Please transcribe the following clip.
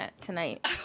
tonight